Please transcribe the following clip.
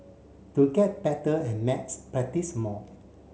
to get better at maths practise more